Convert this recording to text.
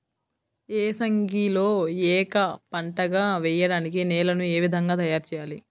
ఏసంగిలో ఏక పంటగ వెయడానికి నేలను ఏ విధముగా తయారుచేయాలి?